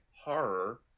horror